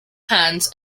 hands